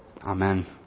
Amen